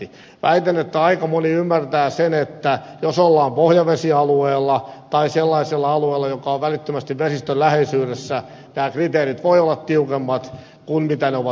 väitän että aika moni ymmärtää sen että jos ollaan pohjavesialueella tai sellaisella alueella joka on välittömästi vesistön läheisyydessä nämä kriteerit voivat olla tiukemmat kuin ne ovat muualla